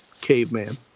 Caveman